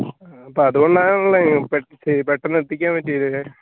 അപ്പം അതുകൊണ്ടാണ് അല്ലേ പെട്ടെന്നു എത്തിക്കാൻ പറ്റിയത്